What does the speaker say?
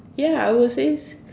ya I would say